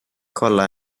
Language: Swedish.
kolla